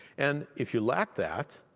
and if you lack that,